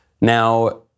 Now